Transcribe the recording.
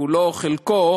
כולו או חלקו,